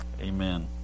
Amen